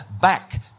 back